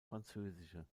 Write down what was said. französische